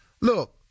Look